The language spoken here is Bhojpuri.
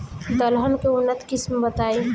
दलहन के उन्नत किस्म बताई?